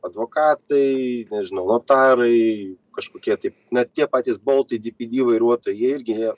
advokatai nežinau notarai kažkokie tai na tie patys boltai dypydy vairuotojai jie irgi